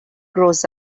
grows